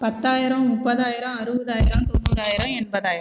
பத்தாயிரம் முப்பதாயிரம் அறுபதாயிரம் தொண்ணூறாயிரம் எண்பதாயிரம்